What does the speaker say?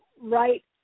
right